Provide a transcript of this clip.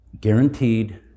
guaranteed